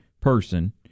person